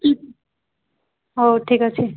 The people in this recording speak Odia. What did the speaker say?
ହଉ ଠିକ୍ ଅଛି